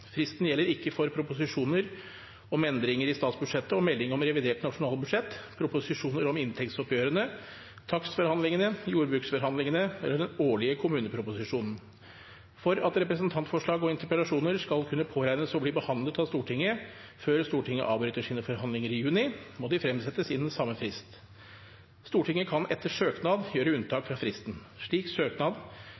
Fristen gjelder ikke for proposisjoner om endringer i statsbudsjettet og melding om revidert nasjonalbudsjett, proposisjoner om inntektsoppgjørene, takstforhandlingene, jordbruksforhandlingene eller den årlige kommuneproposisjonen. For at representantforslag og interpellasjoner skal kunne påregnes å bli behandlet av Stortinget før Stortinget avbryter sine forhandlinger i juni, må de fremsettes innen samme frist. Stortinget kan etter søknad gjøre unntak